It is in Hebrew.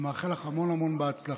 ומאחל לך המון המון הצלחה.